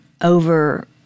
over